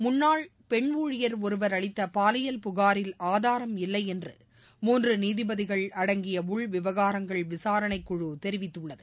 முன்னாள் பெண் ஊழியர் ஒருவர் அளித்த பாலியல் புகாரில் ஆதாரம் இல்லை என்று மூன்று நீதிபதிகள் அடங்கிய உள்விவகாரங்கள் விசாரணைக்குழு தெரிவித்துள்ளது